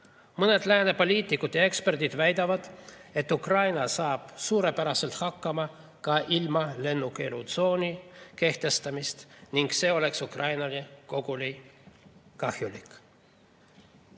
Mõned lääne poliitikud ja eksperdid väidavad, et Ukraina saab suurepäraselt hakkama ka ilma lennukeelutsooni kehtestamiseta ning et see oleks Ukrainale koguni kahjulik.